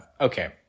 okay